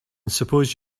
suppose